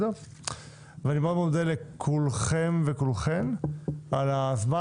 אני מאוד מודה לכולכם ולכולכן על הזמן,